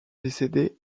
décédé